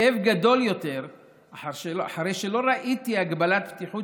הכאב גדול יותר אחרי שלא ראיתי הגבלת בטיחות